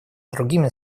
другими